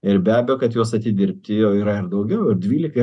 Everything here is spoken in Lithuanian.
ir be abejo kad jos atidirbti jau yra daugiau ir dvylika